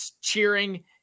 cheering